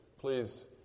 Please